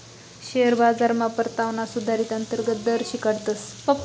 share बाजारमा परतावाना सुधारीत अंतर्गत दर शिकाडतस